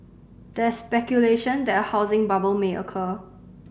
there is speculation that a housing bubble may occur